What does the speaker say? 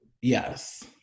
Yes